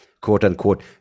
quote-unquote